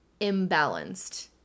imbalanced